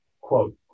Quote